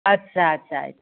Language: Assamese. আচ্ছা আচ্ছা